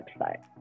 website